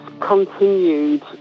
continued